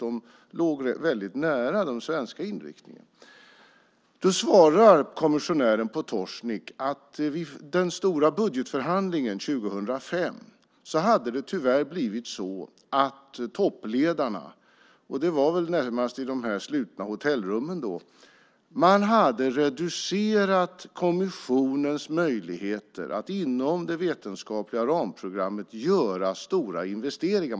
De låg väldigt nära den svenska inriktningen. Då svarade kommissionären Potocnik att vid den stora budgetförhandlingen 2005 hade det tyvärr blivit så att toppledarna - och det var väl då närmast i de här slutna hotellrummen - hade reducerat kommissionens möjligheter att inom det vetenskapliga ramprogrammet göra stora investeringar.